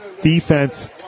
defense